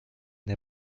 der